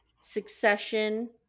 Succession